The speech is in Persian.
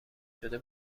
شده